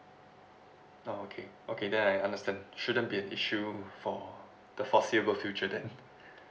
oh okay okay then I understand shouldn't be an issue for the foreseeable future then